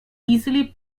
easily